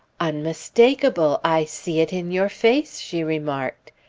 unmistakable! i see it in your face! she remarked.